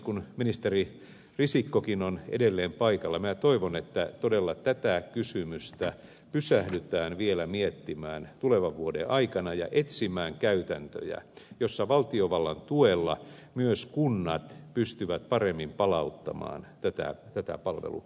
kun ministeri risikkokin on edelleen paikalla minä toivon että todella tätä kysymystä pysähdytään vielä miettimään tulevan vuoden aikana ja etsitään käytäntöjä joissa valtiovallan tuella myös kunnat pystyvät paremmin palauttamaan tätä palvelumuotoa